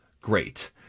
great